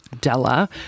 della